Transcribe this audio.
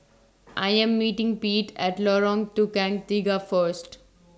I Am meeting Pete At Lorong Tukang Tiga First